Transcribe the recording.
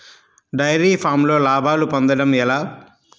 Dairy ఫామ్లో లాభాలు పొందడం ఎలా?